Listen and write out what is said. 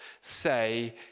say